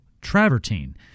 travertine